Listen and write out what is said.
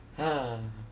!hais!